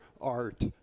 art